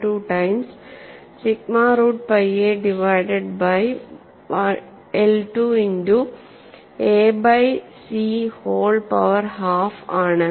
12 times sigma root pi a divided by I 2 into a by c whole power half ആണ്